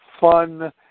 fun